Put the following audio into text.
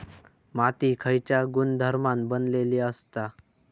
माती खयच्या गुणधर्मान बनलेली असता?